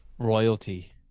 royalty